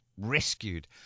rescued